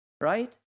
right